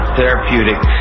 therapeutic